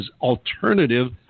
alternative